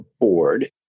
board